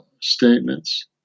statements